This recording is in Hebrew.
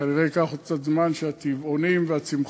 כנראה ייקח עוד קצת זמן עד שהטבעונים והצמחונים